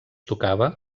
tocava